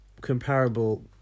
comparable